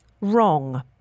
wrong